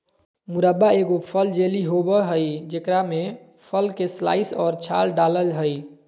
मुरब्बा एगो फल जेली होबय हइ जेकरा में फल के स्लाइस और छाल डालय हइ